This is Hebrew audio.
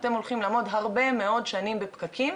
אתם הולכים לעמוד הרבה מאוד שנים בפקקים,